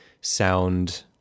sound